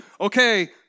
okay